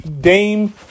dame